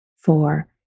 Four